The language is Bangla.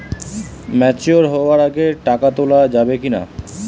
ম্যাচিওর হওয়ার আগে টাকা তোলা যাবে কিনা?